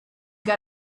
got